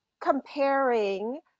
comparing